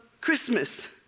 Christmas